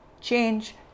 change